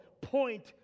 point